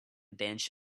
bench